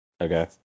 Okay